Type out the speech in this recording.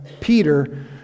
Peter